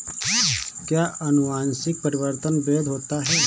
क्या अनुवंशिक परिवर्तन वैध होता है?